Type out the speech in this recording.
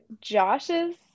Josh's